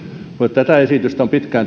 tätä esitystä on